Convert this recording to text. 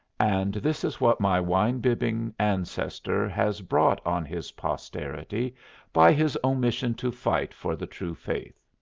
and this is what my wine-bibbing ancestor has brought on his posterity by his omission to fight for the true faith!